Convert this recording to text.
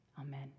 Amen